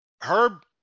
Herb